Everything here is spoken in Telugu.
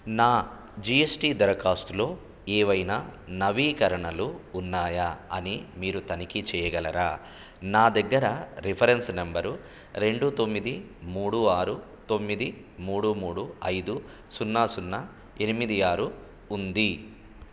నా జి ఎస్ టి దరఖాస్తులో ఏవైనా నవీకరణలు ఉన్నాయా అని మీరు తనిఖీ చేయగలరా నా దగ్గర రిఫరెన్స్ నంబరు రెండు తొమ్మిది మూడు ఆరు తొమ్మిది మూడు మూడు ఐదు సున్నా సున్నా ఎనిమిది ఆరు ఉంది